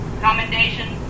Commendation